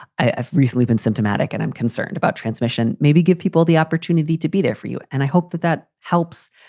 i've recently been symptomatic and i'm concerned about transmission. maybe give people the opportunity to be there for you. and i hope that that helps.